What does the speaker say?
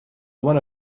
one